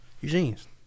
Eugene's